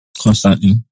constantly